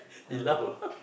he laugh